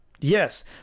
Yes